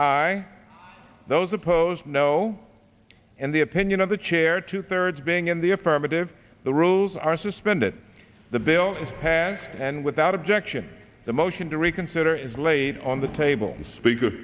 aye those opposed no in the opinion of the chair two thirds being in the affirmative the rules are suspended the bill is passed and without objection the motion to reconsider is laid on the table speaker